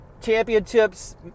championships